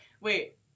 Wait